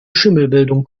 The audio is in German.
schimmelbildung